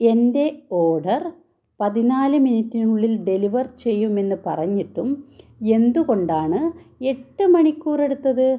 എന്റെ ഓർഡർ പതിനാല് മിനിറ്റിനുള്ളിൽ ഡെലിവർ ചെയ്യുമെന്ന് പറഞ്ഞിട്ടും എന്തുകൊണ്ടാണ് എട്ട് മണിക്കൂർ എടുത്തത്